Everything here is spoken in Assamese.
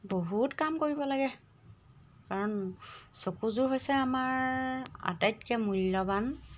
বহুত কাম কৰিব লাগে কাৰণ চকুযোৰ হৈছে আমাৰ আটাইতকৈ মূল্যৱান